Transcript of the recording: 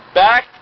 back